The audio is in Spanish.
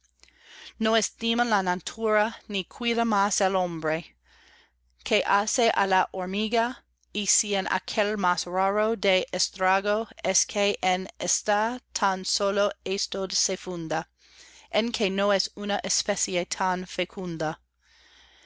no estima la natura ni cuida más al hombre que hace á la hormiga y si en aquel más raro el estrago es que en ésta tan sólo esto se funda en que no es una especie tan fecunda